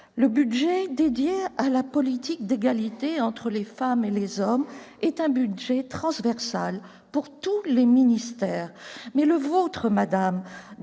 Le budget dédié à la politique d'égalité entre les femmes et les hommes est transversal et concerne tous les ministères, mais le vôtre, madame